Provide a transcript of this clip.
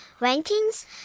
rankings